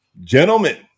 Gentlemen